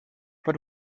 but